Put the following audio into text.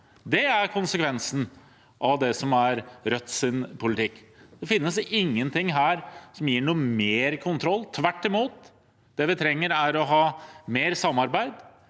Det er konsekvensen av det som er Rødts politikk. Det finnes ingenting her som gir noe mer kontroll – tvert imot. Det vi trenger, er å ha mer samarbeid.